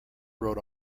wrote